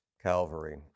Calvary